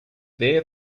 there